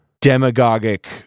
demagogic